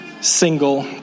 single